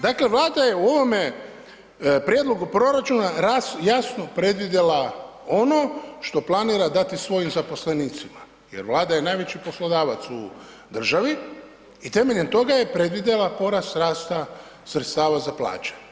Dakle Vlada je u ovome Prijedlogu proračuna jasno predvidjela ono što planira dati svojim zaposlenicima jer Vlada je najveći poslodavac u državi i temeljem toga je predvidjela porast rasta sredstava za plaće.